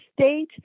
state